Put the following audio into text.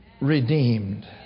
redeemed